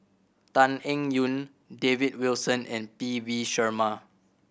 Tan Eng Yoon David Wilson and P V Sharma